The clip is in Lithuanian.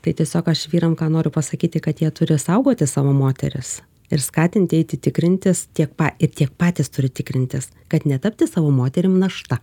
tai tiesiog aš vyram ką noriu pasakyti kad jie turi saugoti savo moteris ir skatinti eiti tikrintis tiek ir tiek patys turi tikrintis kad netapti savo moterim našta